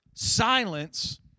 silence